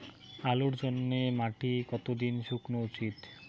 আলুর জন্যে মাটি কতো দিন শুকনো উচিৎ?